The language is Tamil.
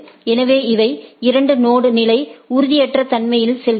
எனவே இவை இரண்டு நொடு நிலை உறுதியற்ற தன்மையில் செல்கின்றன